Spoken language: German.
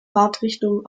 fahrtrichtung